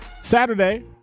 Saturday